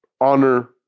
Honor